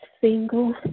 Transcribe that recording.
single